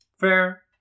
Fair